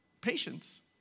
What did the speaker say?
patience